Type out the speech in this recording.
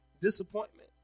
disappointment